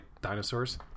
dinosaurs